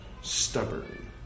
stubborn